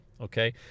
okay